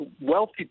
wealthy